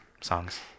songs